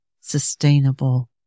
sustainable